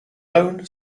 own